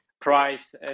price